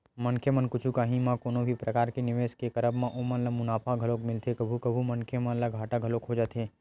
मनखे मन कुछु काही म कोनो भी परकार के निवेस के करब म ओमन ल मुनाफा घलोक मिलथे कभू कभू मनखे मन ल घाटा घलोक हो जाथे